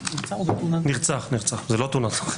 הוא נרצח, זה לא תאונת דרכים.